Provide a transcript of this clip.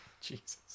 Jesus